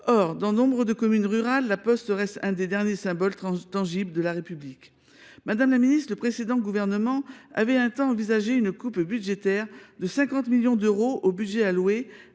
Or, dans nombre de communes rurales, La Poste reste l’un des derniers symboles tangibles de la République. Madame la ministre, le précédent gouvernement avait un temps envisagé une coupe budgétaire de 50 millions d’euros dans le budget alloué